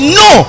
no